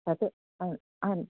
तत् आम् आम्